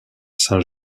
saint